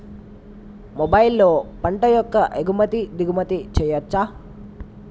మొబైల్లో పంట యొక్క ఎగుమతి దిగుమతి చెయ్యచ్చా?